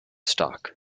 stock